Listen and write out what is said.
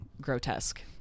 grotesque